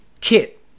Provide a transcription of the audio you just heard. kit